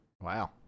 Wow